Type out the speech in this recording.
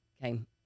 came